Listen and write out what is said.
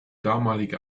damalige